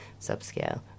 subscale